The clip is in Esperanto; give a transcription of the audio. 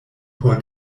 por